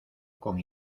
con